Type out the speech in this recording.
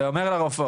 ואומר לרופא,